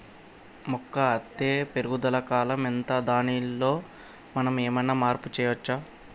మొక్క అత్తే పెరుగుదల కాలం ఎంత దానిలో మనం ఏమన్నా మార్పు చేయచ్చా?